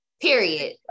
period